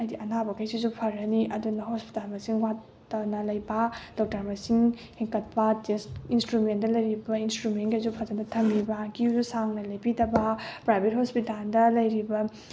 ꯍꯥꯏꯗꯤ ꯑꯅꯥꯕꯈꯩꯁꯤꯁꯨ ꯐꯔꯅꯤ ꯑꯗꯨꯅ ꯍꯣꯁꯄꯤꯇꯥꯟ ꯃꯁꯤꯡ ꯋꯥꯠꯇꯅ ꯂꯩꯕꯥ ꯗꯣꯛꯇꯔ ꯃꯁꯤꯡ ꯍꯦꯟꯒꯠꯄ ꯇꯦꯁ ꯏꯟꯁꯇ꯭ꯔꯨꯃꯦꯟꯗ ꯂꯩꯔꯤꯕ ꯏꯟꯁꯇ꯭ꯔꯨꯃꯦꯟꯈꯩꯁꯨ ꯐꯖꯅ ꯊꯝꯕꯤꯕ ꯀꯤꯌꯨꯁꯨ ꯁꯥꯡꯅ ꯂꯦꯞꯄꯤꯗꯕ ꯄ꯭ꯔꯥꯏꯕꯦꯠ ꯍꯣꯁꯄꯤꯇꯥꯜꯗ ꯂꯩꯔꯤꯕ